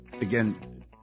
again